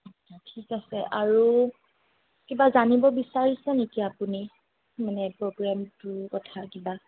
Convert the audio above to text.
আচ্ছা ঠিক আছে আৰু কিবা জানিব বিচাৰিছে নেকি আপুনি মানে প্ৰ'গ্ৰেমটোৰ কথা কিবা